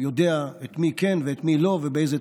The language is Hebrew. ויודע את מי כן ואת מי לא ובאילו תנאים.